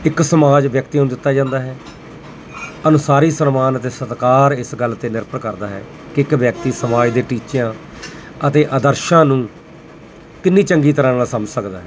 ਇੱਕ ਸਮਾਜ ਵਿਅਕਤੀ ਨੂੰ ਦਿੱਤਾ ਜਾਂਦਾ ਹੈ ਅਨੁਸਾਰੀ ਸਨਮਾਨ ਅਤੇ ਸਤਿਕਾਰ ਇਸ ਗੱਲ 'ਤੇ ਨਿਰਭਰ ਕਰਦਾ ਹੈ ਕਿ ਇੱਕ ਵਿਅਕਤੀ ਸਮਾਜ ਦੇ ਟੀਚਿਆਂ ਅਤੇ ਆਦਰਸ਼ਾਂ ਨੂੰ ਕਿੰਨੀ ਚੰਗੀ ਤਰ੍ਹਾਂ ਨਾਲ ਸਮਝ ਸਕਦਾ ਹੈ